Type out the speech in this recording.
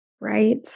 Right